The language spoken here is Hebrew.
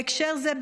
בהקשר זה,